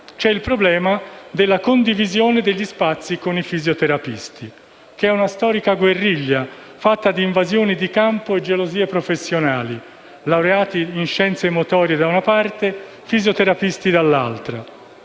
poi il problema della condivisione degli spazi con i fisioterapisti: una storica guerriglia fatta di invasioni di campo e gelosie professionali; laureati in scienze motorie da una parte, fisioterapisti dall'altra.